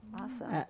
Awesome